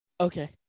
Okay